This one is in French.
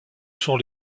sont